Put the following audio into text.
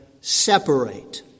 separate